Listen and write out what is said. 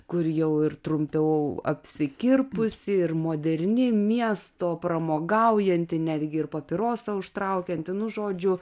kur jau ir trumpiau apsikirpusi ir moderni miesto pramogaujanti netgi ir papirosą užtraukianti nu žodžiu